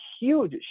huge